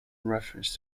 reference